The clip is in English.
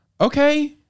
okay